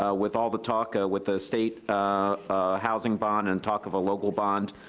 ah with all the talk ah with the state housing bond, and talk of a local bond,